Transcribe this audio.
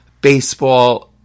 baseball